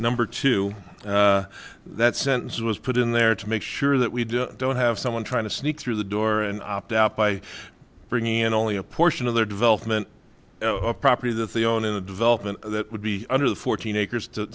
number two that sentence was put in there to make sure that we do don't have someone trying to sneak through the door and opt out by bringing in only a portion of their development a property that they own in a development that would be under the fourteen acres to